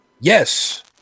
Yes